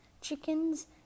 chickens